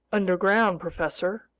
underground, professor.